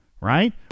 right